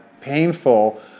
painful